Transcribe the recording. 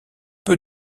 peu